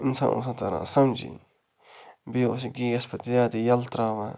اِنسان اوس نہٕ تَران سَمجٕے بیٚیہِ اوس یہِ گیس پَتہٕ زیادٕ یَلہٕ ترٛاوان